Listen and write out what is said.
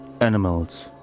animals